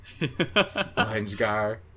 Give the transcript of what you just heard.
SpongeGar